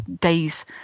days